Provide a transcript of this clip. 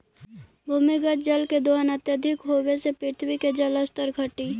भूमिगत जल के दोहन अत्यधिक होवऽ से पृथ्वी के जल स्तर घटऽ हई